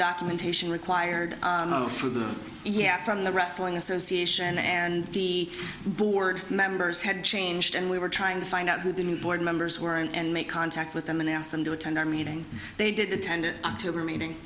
documentation required for the he at from the wrestling association and the board members had changed and we were trying to find out who the new board members were and make contact with them and ask them to attend our meeting they did attend october meeting